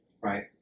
Right